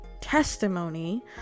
testimony